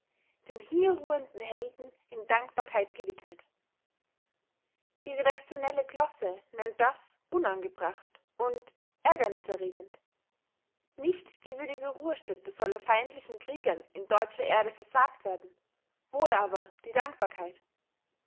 den hier ruhenden helden in dankbarkeit gewidmet die redaktionelle glosse nennt das unangebracht und ärgernis erregend nicht die würdige ruhestätte solle feindlichen kriegern in deutscher erde versagt werden wohl aber die dankbarkeit